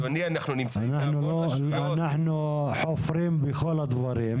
אנחנו חופרים בכל הדברים,